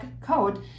code